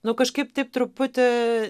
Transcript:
nu kažkaip taip truputį